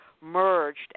merged